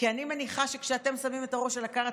כי אני מניחה שכאשר אתם שמים את הראש על הכר,